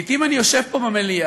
לעתים אני יושב פה במליאה,